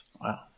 Wow